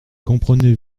comprenez